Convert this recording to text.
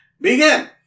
Begin